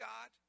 God